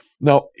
Now